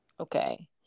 Okay